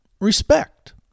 respect